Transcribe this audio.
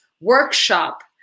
workshop